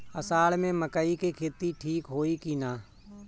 अषाढ़ मे मकई के खेती ठीक होई कि ना?